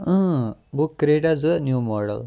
اۭں گوٚو کریٹا زٕ نِو ماڈَل